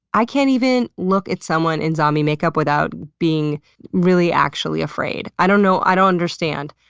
i can't even look at someone in zombie makeup without being really, actually afraid. i don't know. i don't understand.